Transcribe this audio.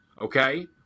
okay